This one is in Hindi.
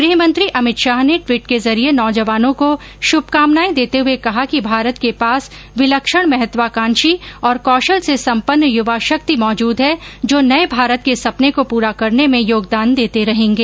गहमंत्री अमित शाह ने टवीट के जरिए नौजवानों को शुभकामनाए देते हुए कहा कि भारत के पास विलक्षण महत्वकांक्षी और कौशल से सम्पन्न युवा शक्ति मौजूद है जो नये भारत के सपने को पूरा करने में योगदान देते रहेंगे